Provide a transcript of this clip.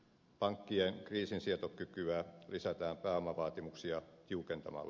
pankkien kriisinsietokykyä lisätään pääomavaatimuksia tiukentamalla